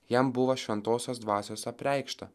jam buvo šventosios dvasios apreikšta